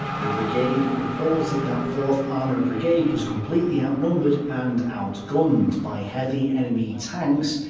the brigade reported that fourth armoured brigade was completely outnumbered and outgunned, by heavy enemy tanks,